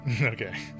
Okay